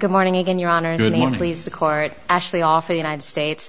good morning again your honor the name please the court actually off the united states